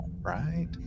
right